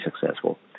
successful